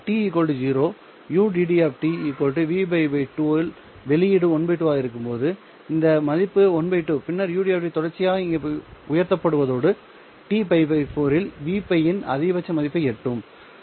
எனவே t 0 ud Vπ 2 இல் வெளியீடு ½ ஆக இருக்கும் இந்த மதிப்பு ½ பின்னர் ud தொடர்ச்சியாக இங்கு உயர்த்தப்படுவதோடு T 4 இல் Vπ இன் அதிகபட்ச மதிப்பை எட்டும்